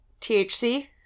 THC